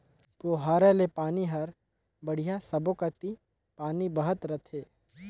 पुहारा ले पानी हर बड़िया सब्बो कति पानी बहत रथे